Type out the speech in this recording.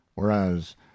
Whereas